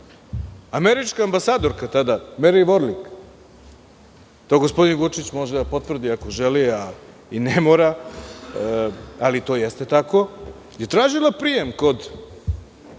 američka ambasadorka tada, Meri Vorlik, to gospodin Vučić može da potvrdi ako želi, a i ne mora, ali to jeste tako, je tražila prijem kod